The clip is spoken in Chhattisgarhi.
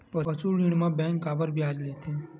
पशु ऋण म बैंक काबर ब्याज लेथे?